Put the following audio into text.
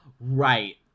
Right